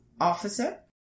Officer